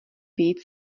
vyjít